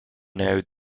node